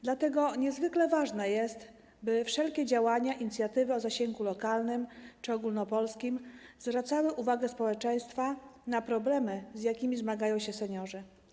Dlatego niezwykle ważne jest, by wszelkie działania, inicjatywy o zasięgu lokalnym czy ogólnopolskim zwracały uwagę społeczeństwa na problemy, z jakimi zmagają się seniorzy.